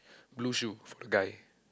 blue shoe for the guy